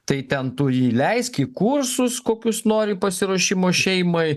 tai ten tu jį leisk į kursus kokius nori pasiruošimo šeimai